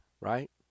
right